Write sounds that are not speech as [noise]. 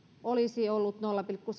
olisi ollut nolla pilkku [unintelligible]